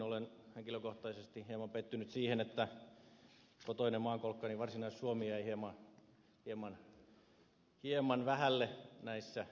olen henkilökohtaisesti hieman pettynyt siihen että kotoinen maankolkkani varsinais suomi jäi hieman vähälle näissä infrarahoissa